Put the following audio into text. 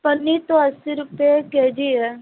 पनीर तो अस्सी रुपये के जी है